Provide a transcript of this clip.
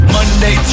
Monday